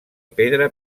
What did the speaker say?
pedra